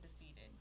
defeated